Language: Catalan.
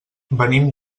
venim